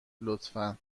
لطفا